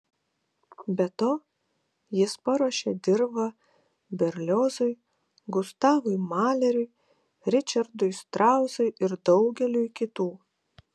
be to jis paruošė dirvą berliozui gustavui maleriui ričardui strausui ir daugeliui kitų